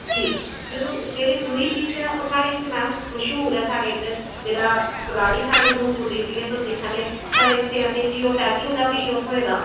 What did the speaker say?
जेह्ड़ी दूई चीज़ ऐ ओह् इद्धर साढ़े कलाड़ी साढ़े ऊधमपुर दी जियां तुस दिक्खा नै साढ़े इत्थें जियो टैगिंग दा बी ओह् थ्होए दा